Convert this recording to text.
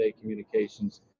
communications